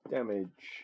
Damage